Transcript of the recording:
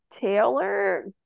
Taylor